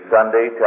Sunday